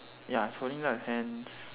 ya he's holding up hands